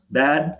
bad